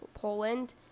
Poland